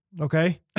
Okay